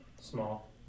small